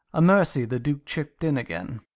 a mercy the duke chipped in again.